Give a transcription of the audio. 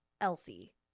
Elsie